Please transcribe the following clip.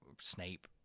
Snape